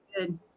good